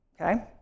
okay